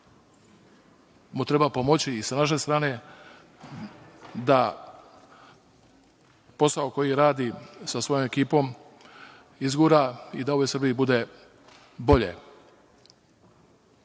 mu treba pomoći i sa naše strane da posao, koji radi sa svojom ekipom, izgura i da ovoj Srbiji bude bolje. Što